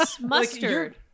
mustard